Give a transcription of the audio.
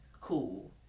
Cool